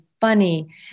funny